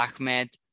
Ahmed